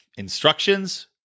instructions